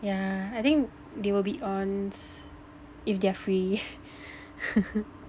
yeah I think they will be on if they're free